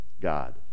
God